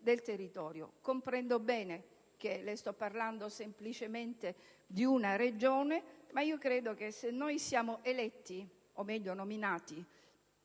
del territorio. Comprendo bene che le sto parlando semplicemente di una Regione, ma credo che se siamo eletti (o, meglio, nominati)